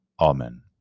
Amen